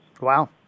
Wow